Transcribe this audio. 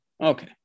Okay